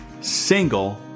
single